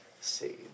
See